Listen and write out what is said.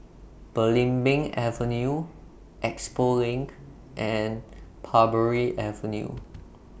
Belimbing Avenue Expo LINK and Parbury Avenue